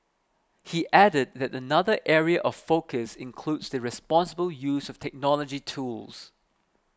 he added that another area of focus includes the responsible use of technology tools